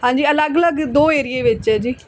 ਹਾਂਜੀ ਅਲੱਗ ਅਲੱਗ ਦੋ ਏਰੀਏ ਵਿੱਚ ਹੈ ਜੀ